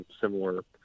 similar